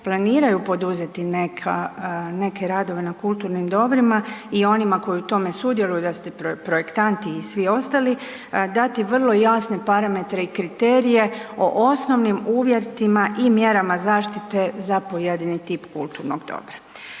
planiraju poduzeti neka, neke radove na kulturnim dobrima i onima koji u tome sudjeluju, da ste projektant i svi ostali, dati vrlo jasne parametre i kriterije o osnovnim uvjetima i mjerama zaštite za pojedini tip kulturnog dobra.